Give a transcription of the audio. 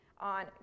on